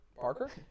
Parker